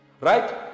right